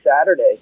Saturday